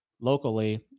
locally